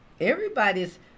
everybody's